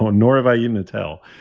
um nor have i eaten a tail.